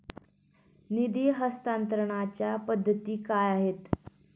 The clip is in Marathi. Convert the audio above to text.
निधी हस्तांतरणाच्या पद्धती काय आहेत?